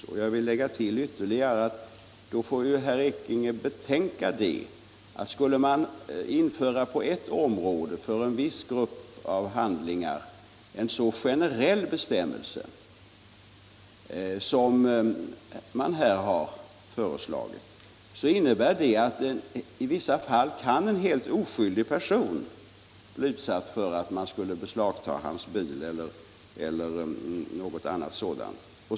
Jag vill ytterligare tillägga att herr Ekinge får betänka att om man på ett område, för en viss grupp av handlingar, skulle införa en så generell bestämmelse som här har föreslagits, så innebär det att i vissa fall en helt oskyldig person kan bli utsatt för att hans bil beslagtas, eller något annat sådant.